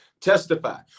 testify